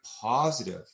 positive